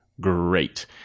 great